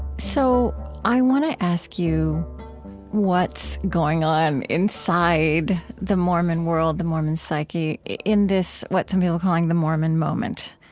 so i want to ask you what's going on inside the mormon world, the mormon psyche, in this what some people are calling the mormon moment.